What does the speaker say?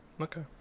Okay